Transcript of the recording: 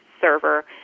server